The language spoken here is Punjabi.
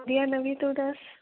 ਵਧੀਆ ਨਵੀ ਤੂੰ ਦੱਸ